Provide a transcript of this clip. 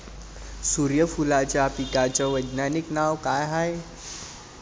सुर्यफूलाच्या पिकाचं वैज्ञानिक नाव काय हाये?